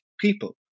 people